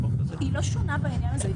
היא לא שונה בעניין הזה.